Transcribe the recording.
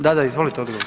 Da, da, izvolite, odgovor.